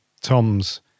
Tom's